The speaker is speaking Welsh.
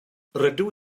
rydw